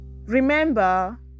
remember